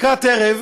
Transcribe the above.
לקראת ערב,